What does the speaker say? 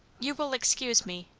you will excuse me,